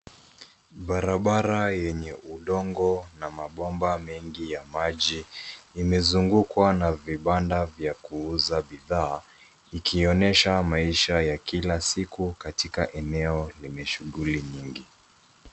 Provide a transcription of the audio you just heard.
Barabara yenye udongo na mabomba mengi ya maji imezungukwa na vibanda vya kuuza bidhaa ikionyesha maisha ya kila siku katika eneo lenye shughuli nyingi.